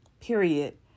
period